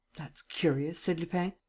that's curious, said lupin.